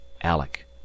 ALEC